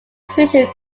switched